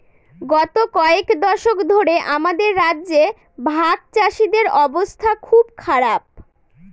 গত কয়েক দশক ধরে আমাদের রাজ্যে ভাগচাষীদের অবস্থা খুব খারাপ